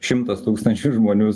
šimtas tūkstančių žmonių